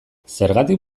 zergatik